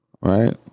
Right